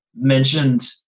mentioned